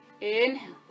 Inhale